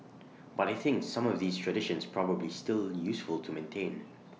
but I think some of these traditions probably still useful to maintain